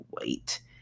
wait